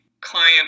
client